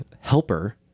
helper